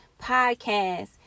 podcast